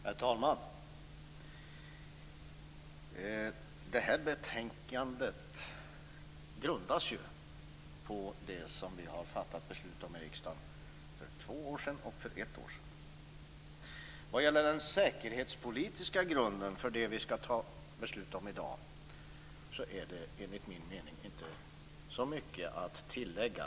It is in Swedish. Herr talman! Det här betänkandet grundas på det som vi har fattat beslut om i riksdagen för två år sedan och för ett år sedan. Vad gäller den säkerhetspolitiska grunden för det vi skall fatta beslut om i dag är det enligt min mening inte så mycket att tillägga.